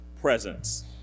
presence